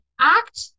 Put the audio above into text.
act